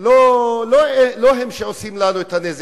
כי לא הם שעושים לנו את הנזק.